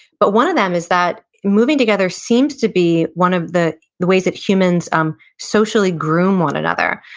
but one of them is that moving together seems to be one of the the ways that humans um socially groom one another.